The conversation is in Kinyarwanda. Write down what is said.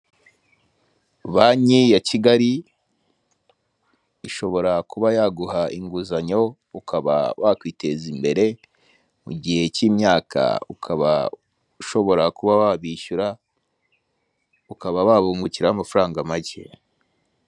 Banki ya Kigali ishobora kuba yaguha inguzanyo ukaba wakwiteza imbere, mu gihe cy'imyaka ukaba ushobora kuba wabishyura, ukaba wabungukiraho amafaranga make.